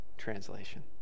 translation